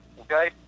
okay